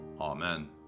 Amen